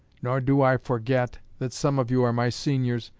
nor do i forget that some of you are my seniors,